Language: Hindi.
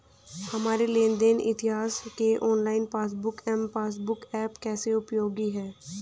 हमारे लेन देन इतिहास के online passbook M passbook app कैसे उपयोगी है?